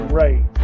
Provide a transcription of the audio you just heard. right